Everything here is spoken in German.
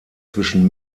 zwischen